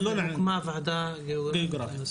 והוקמה ועדה גאוגרפית.